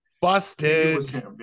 Busted